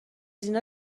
اینا